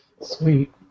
Sweet